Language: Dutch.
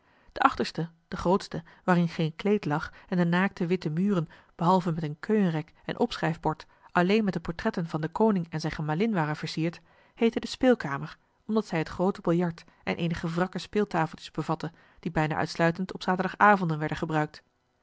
de achterste de grootste waarin geen kleed lag en de naakte witte muren behalve met een keuenrek en opschrijfbord alleen met de portretten van den koning en zijne gemalin waren versierd heette de speelkamer omdat zij het groote biljart en eenige wrakke speeltafeltjes bevatte die bijna uitsluitend op zaterdagavonden werden gebruikt